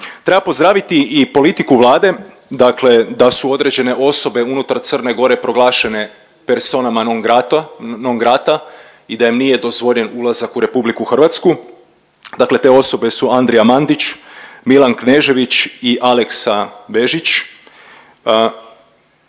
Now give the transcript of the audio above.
Treba pozdraviti i politiku Vlade, dakle da su određene osobe unutar Crne Gore proglašena persona non grata i da im nije dozvoljen ulazak u Republiku Hrvatsku. Dakle, te osobe su Andrija Mandić, Milan Knežević i Aleksa Bežić.